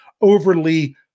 overly